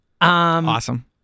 Awesome